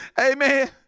Amen